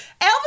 Elvis